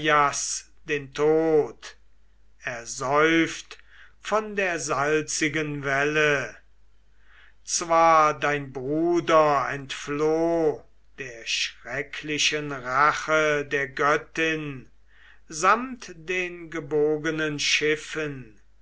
den tod ersäuft von der salzigen welle zwar dein bruder entfloh der schrecklichen rache der göttin samt den gebogenen schiffen